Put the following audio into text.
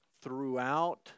throughout